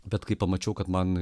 bet kai pamačiau kad man